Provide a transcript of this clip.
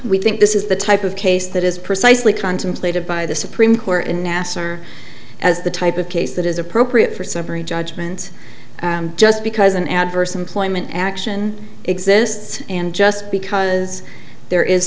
we think this is the type of case that is precisely contemplated by the supreme court in nasser as the type of case that is appropriate for separate judgments just because an adverse employment action exists and just because there is